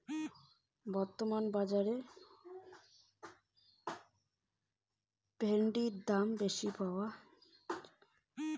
বর্তমান বাজারে কোন ফসলের দাম বেশি পাওয়া য়ায়?